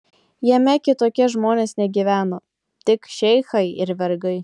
jame kitokie žmonės negyveno tik šeichai ir vergai